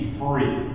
free